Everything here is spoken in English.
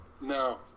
No